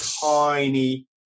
tiny